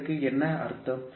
இதற்கு என்ன அர்த்தம்